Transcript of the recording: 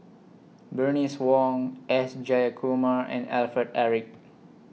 Bernice Wong S Jayakumar and Alfred Eric